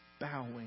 bowing